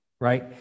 right